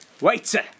waiter